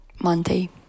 Monday